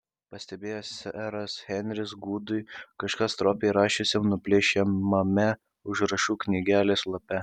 pastebėjo seras henris gudui kažką stropiai rašiusiam nuplėšiamame užrašų knygelės lape